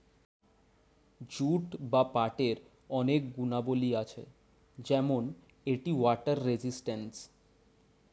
jute বা পাটের অনেক গুণাবলী আছে যেমন এটি ওয়াটার রেজিস্ট্যান্স